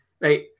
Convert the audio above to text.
Right